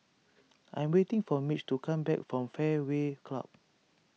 I am waiting for Mitch to come back from Fairway Club